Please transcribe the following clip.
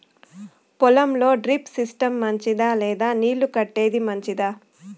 పొలం లో drip system మంచిదా లేదా నీళ్లు కట్టేది మంచిదా?